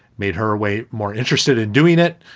made her way more interested in doing it.